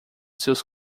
seus